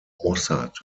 mossad